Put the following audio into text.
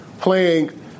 playing